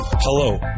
Hello